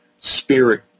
spirit